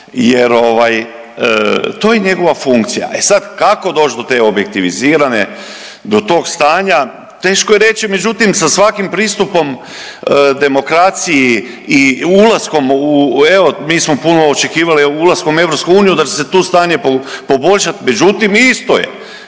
ovaj to je njegova funkcija. E sad kako doći do te objektivizirane, do tog stanja teško je reći, međutim sa svakom pristupom demokraciji i ulaskom u evo mi smo puno očekivali ulaskom u EU da će se tu stanje poboljšati, međutim isto je.